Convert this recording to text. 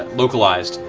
ah localized.